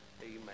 Amen